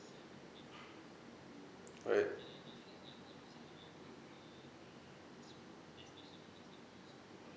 alright